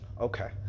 Okay